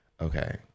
okay